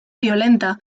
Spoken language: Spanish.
violenta